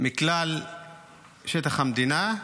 מכלל שטח המדינה,